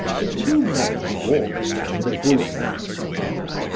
the two men walked down the boulevard together,